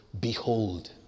behold